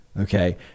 okay